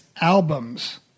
albums